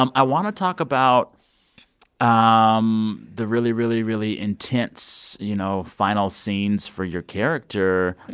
um i want to talk about um the really, really, really intense, you know, final scenes for your character.